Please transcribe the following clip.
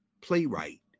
playwright